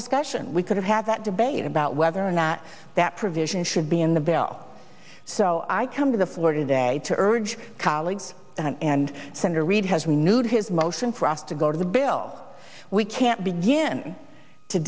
discussion we could have that debate about whether or not that provision should be in the bill so i come to the floor today to urge colleagues and senator reid has renewed his motion for us to go to the bill we can't begin to